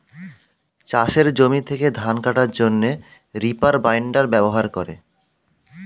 চাষের জমি থেকে ধান কাটার জন্যে রিপার বাইন্ডার ব্যবহার করে